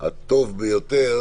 שוחרי הטוב ביותר